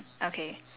okay